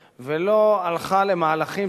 לא פיתחה תוכנית אכיפה מקפת ולא הלכה למהלכים